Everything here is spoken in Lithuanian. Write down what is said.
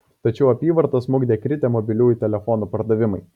tačiau apyvartą smukdė kritę mobiliųjų telefonų pardavimai